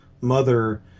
mother